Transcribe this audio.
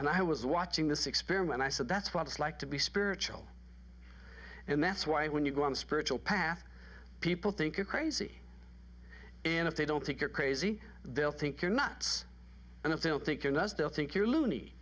and i was watching this experiment i said that's what it's like to be spiritual and that's why when you go on a spiritual path people think you crazy and if they don't think you're crazy they'll think you're nuts and if they don't think it does they'll think you're loon